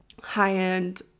high-end